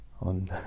on